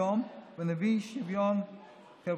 שאולי ילכו לאיזה חצי יום וייתנו להם קפה